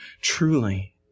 truly